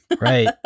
Right